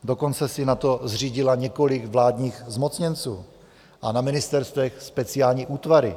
Dokonce si na to zřídila několik vládních zmocněnců a na ministerstvech speciální útvary.